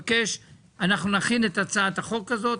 אנחנו נכין את הצעת החוק הזאת,